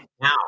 now